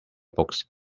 books